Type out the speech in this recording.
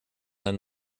ein